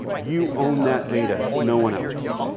you own that data. no one else.